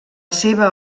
seva